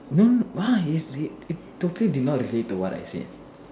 don't why totally did not relate to what I said